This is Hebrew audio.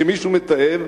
כשמישהו מתעב,